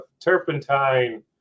turpentine